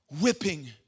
whipping